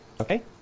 Okay